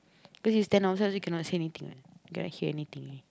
cause you stand also cannot see anything what cannot hear anything eh